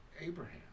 Abraham